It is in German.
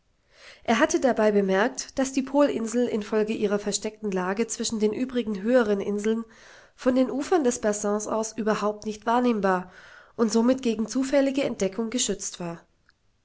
er hatte dabei bemerkt daß die polinsel infolge ihrer versteckten lage zwischen den übrigen höheren inseln von den ufern des bassins aus überhaupt nicht wahrnehmbar und somit gegen zufällige entdeckung geschützt war